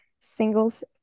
singles